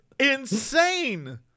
insane